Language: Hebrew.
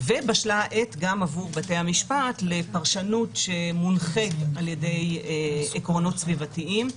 ובשלה העת גם עבור בתי המשפט לפרשנות שמונחית על ידי עקרונות סביבתיים.